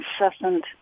incessant